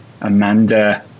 Amanda